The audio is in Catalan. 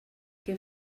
què